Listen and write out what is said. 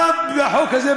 בא החוק הזה,